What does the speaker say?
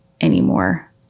anymore